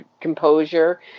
composure